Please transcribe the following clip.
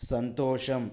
సంతోషం